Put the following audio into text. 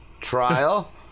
Trial